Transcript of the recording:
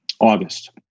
August